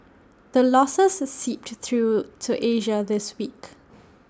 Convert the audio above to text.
the losses seeped through to Asia this week